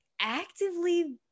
actively